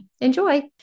Enjoy